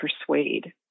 persuade